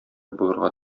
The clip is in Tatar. булырга